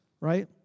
right